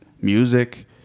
music